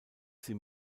sie